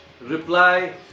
reply